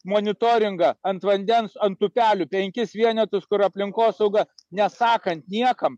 monitoringą ant vandens ant upelių penkis vienetus kurių aplinkosauga nesakant niekam